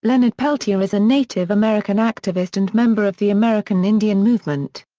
leonard peltier is a native american activist and member of the american indian movement.